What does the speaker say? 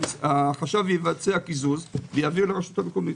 החשב יבצע קיזוז ויעביר לרשות המקומית.